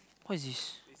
what is this